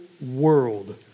world